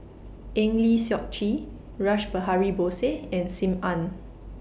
Eng Lee Seok Chee Rash Behari Bose and SIM Ann